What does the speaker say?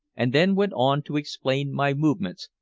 and then went on to explain my movements,